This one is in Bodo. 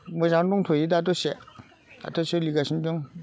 मोजाङानो दंथ'यो दा दसे दाथ' सोलिगासिनो दं